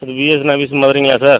இது BSNL office மதுரைங்களா sir